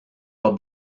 pas